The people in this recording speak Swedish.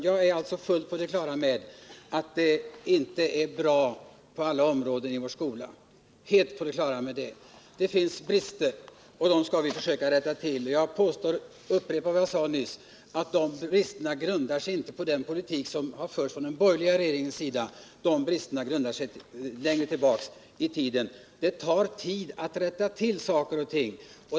Jag är fullt på det klara med att det inte är bra på alla områden i vår skola. Det finns brister, och dem skall vi försöka rätta till. Jag upprepar vad jag sade nyss: De bristerna grundar sig inte på den politik som förts från den borgerliga regeringens sida — grunden för dem ligger längre tillbaka i tiden. Det tar tid att rätta till saker och ting.